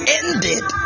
ended